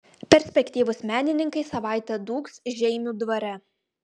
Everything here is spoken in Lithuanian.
perspektyvūs menininkai savaitę dūgs žeimių dvare